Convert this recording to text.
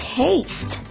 taste